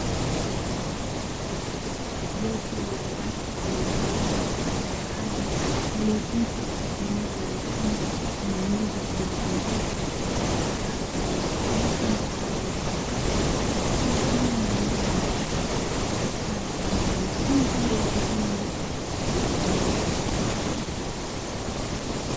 Jopo la watu waliovalia mavazi maalumu walioketi katika eneo la ndani yenye meza zilizozungukwa na vifaa vya kielektroniki, mfano wa kompyuta, ikiashiria ni eneo la darasa litumikalo kwa ajili ya mafunzo ya elimu ya ufundi.